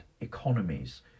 economies